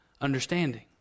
understanding